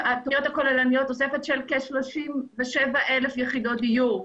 תוספת של כ-37 אלף יחידות דיור.